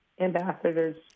Ambassadors